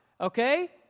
okay